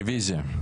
רביזיה.